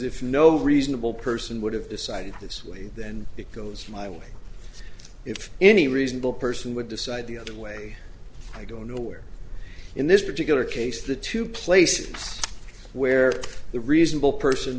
if no reasonable person would have decided this way then it goes my way if any reasonable person would decide the other way i don't know where in this particular case the two places where the reasonable person